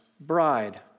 bride